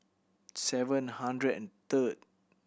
seven hundred and third